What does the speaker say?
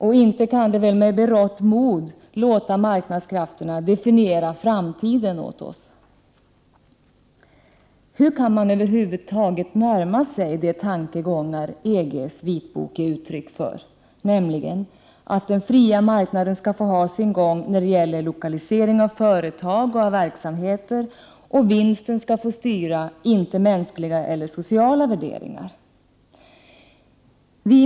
Inte kan de väl med berått mod låta marknadskrafterna definiera framtiden åt oss? Hur kan man över huvud taget närma sig de tankegångar EG:s vitbok ger uttryck för: att den fria marknaden skall få ha sin gång när det gäller lokalisering av företag och verksamheter, att vinsten skall få styra, inte mänskliga eller sociala värderingar?